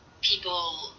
people